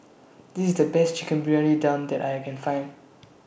This IS The Best Chicken Briyani Dum that I Can Find